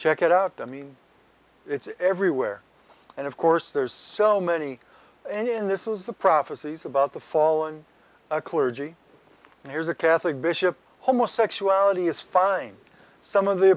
check it out i mean it's everywhere and of course there's so many and in this was the prophecies about the fall and a clergy and here's a catholic bishop homosexuality is fine some of the